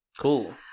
Cool